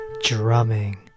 Drumming